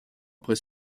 après